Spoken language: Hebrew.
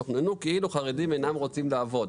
תוכננו כאילו חרדים אינם רוצים לעבוד.